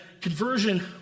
conversion